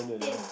spin